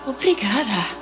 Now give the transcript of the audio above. Obrigada